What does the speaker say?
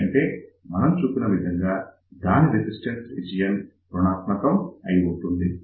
ఎందుకంటే మనం చూసిన విధంగా దాని రెసిస్టెన్స్ రీజియన్ రుణాత్మకం అయి ఉంటుంది